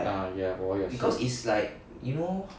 ah ya 我也是